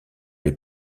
les